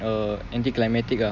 uh anticlimactic ah